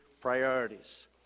priorities